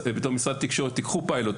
בתור משרד התקשורת תיקחו פיילוט,